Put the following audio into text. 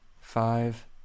five